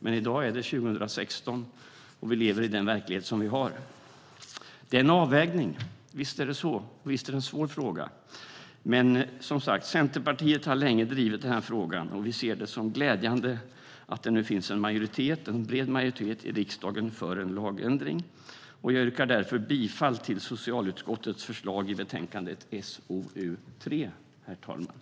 Men i dag är det 2016, och vi lever i den verklighet som råder. Det är en avvägning, visst är det så, och visst är det en svår fråga. Men Centerpartiet har, som sagt, länge drivit den här frågan, och vi ser det som glädjande att det nu finns en bred majoritet i riksdagen för en lagändring. Jag yrkar därför bifall till socialutskottets förslag till beslut i betänkande SoU3.